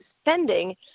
spending